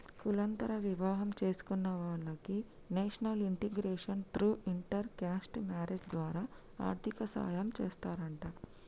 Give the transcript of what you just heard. కులాంతర వివాహం చేసుకున్న వాలకి national integration through inter caste marriage ద్వారా ఆర్థిక సాయం చేస్తారంట